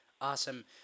Awesome